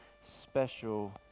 special